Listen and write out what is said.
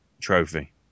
trophy